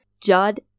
Judd